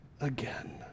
again